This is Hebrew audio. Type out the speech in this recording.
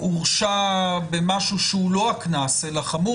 הורשע במשהו שהוא לא הקנס אלא חמור